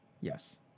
yes